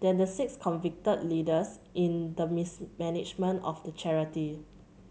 than the six convicted leaders in the mismanagement of the charity